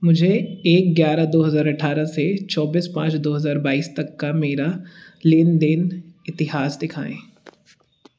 मुझे एक ग्यारह दो हज़ार अठारह से चौबीस पाँच दो हज़ार बाइस तक का मेरा लेनदेन इतिहास दिखाएँ